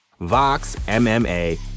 VOXMMA